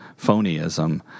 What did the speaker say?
phonyism